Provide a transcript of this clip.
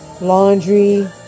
laundry